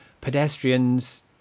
Pedestrians